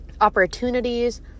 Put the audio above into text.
opportunities